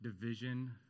division